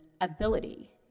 ability